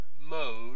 Mode